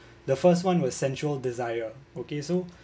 the first one was central desire okay so